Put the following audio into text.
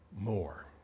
more